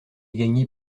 gagné